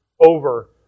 over